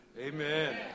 Amen